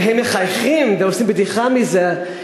והם מחייכים ועושים בדיחה מזה,